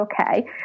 okay